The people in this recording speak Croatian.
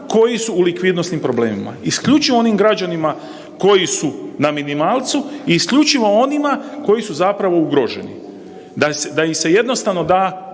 koji su u likvidonosnim problemima, isključivo onim građanima koji su na minimalcu i isključivo onima koji su ugroženi, da im se jednostavno da